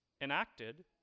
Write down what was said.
enacted